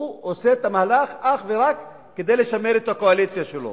הוא עושה את המהלך אך ורק כדי לשמר את הקואליציה שלו.